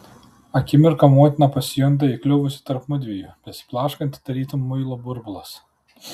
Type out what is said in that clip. akimirką motina pasijunta įkliuvusi tarp mudviejų besiblaškanti tarytum muilo burbulas